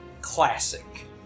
classic